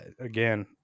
again